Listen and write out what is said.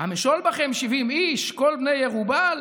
המשֹׁל בכם שבעים איש כל בני ירבעל